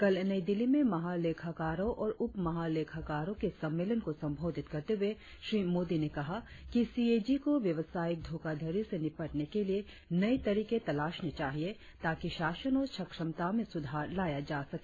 कल नई दिल्ली में महालेखाकारों और उप महालेखाकारों के सम्मेलन को संबोधित करते हुए श्री मोदी ने कहा कि सीएजी को व्यावसायिक धोखाधड़ी से निपटने के लिए नए तरीके तलाशने चाहिए ताकि शासन और सक्षमता में सुधार लाया जा सके